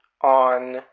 on